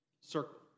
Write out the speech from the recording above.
circle